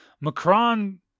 Macron